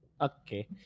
okay